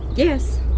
Yes